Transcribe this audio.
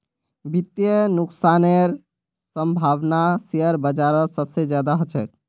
वित्तीय नुकसानेर सम्भावना शेयर बाजारत सबसे ज्यादा ह छेक